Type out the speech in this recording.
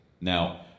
Now